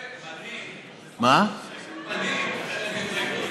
לא רק מעניין, נאום מדהים.